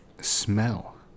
smell